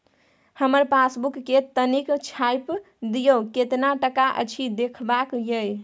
हमर पासबुक के तनिक छाय्प दियो, केतना टका अछि देखबाक ये?